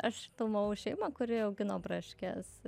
aš filmavau šeimą kuri augino braškes